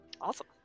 Awesome